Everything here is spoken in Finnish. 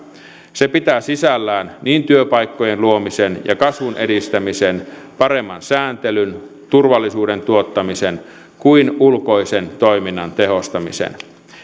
se pitää sisällään niin työpaikkojen luomisen ja kasvun edistämisen paremman sääntelyn turvallisuuden tuottamisen kuin ulkoisen toiminnan tehostamisen